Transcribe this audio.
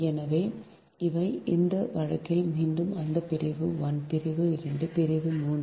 எனவே இந்த வழக்கில் மீண்டும் அதன் பிரிவு 1 பிரிவு 2 மற்றும் பிரிவு 3